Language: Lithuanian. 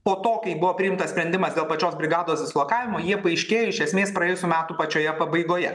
po to kai buvo priimtas sprendimas dėl pačios brigados dislokavimo jie paaiškėjo iš esmės praėjusių metų pačioje pabaigoje